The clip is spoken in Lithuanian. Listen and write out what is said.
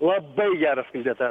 labai geras kandidatas